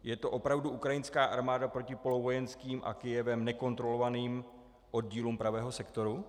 Je to opravdu ukrajinská armáda proti polovojenským a Kyjevem nekontrolovaným oddílům Pravého sektoru?